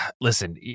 listen